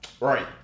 right